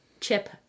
chip